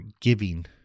giving